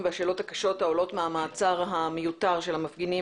והשאלות הקשות העולות מהמעצר המיותר של המפגינים